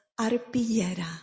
arpillera